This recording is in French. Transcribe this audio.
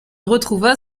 retrouva